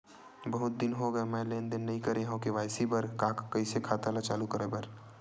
बहुत दिन हो गए मैं लेनदेन नई करे हाव के.वाई.सी बर का का कइसे खाता ला चालू करेबर?